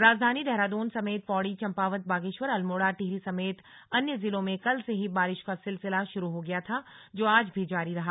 राजधानी देहरादून समेत पौड़ी चम्पावत बागेश्वर अल्मोड़ा टिहरी समेत अन्य जिलों में कल से ही बारिश का सिलसिला शुरू हो गया था जो आज भी जारी रहा